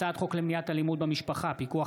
הצעת חוק למניעת אלימות במשפחה (פיקוח